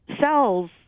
cells